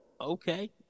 Okay